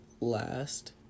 last